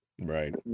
right